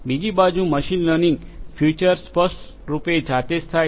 બીજી બાજુ machine learning feature સ્પષ્ટરૂપે જાતે જ થાય છે